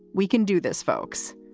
we can do this, folks.